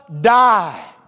die